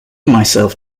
myself